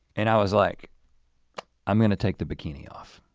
and i was like i'm gonna take the bikini off.